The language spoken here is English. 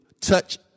touch